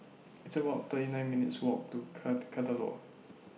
It's about thirty nine minutes' Walk to Kadaloor